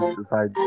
decide